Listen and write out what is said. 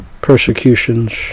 persecutions